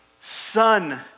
son